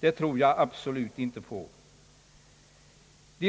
Det